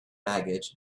baggage